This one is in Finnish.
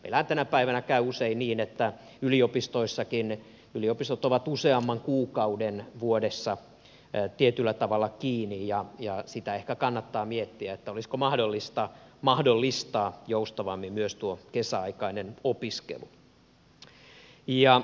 meillähän tänä päivänä käy usein niin että yliopistotkin ovat useamman kuukauden vuodessa tietyllä tavalla kiinni ja sitä ehkä kannattaa miettiä olisiko mahdollista mahdollistaa joustavammin myös tuo kesäaikainen opiskelu